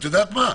את יודעת מה,